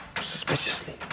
Suspiciously